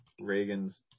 Reagan's